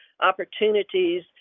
opportunities